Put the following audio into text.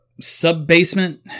sub-basement